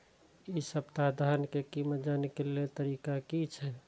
इ सप्ताह धान के कीमत जाने के लेल तरीका की छे?